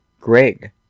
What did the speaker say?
Greg